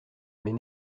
mais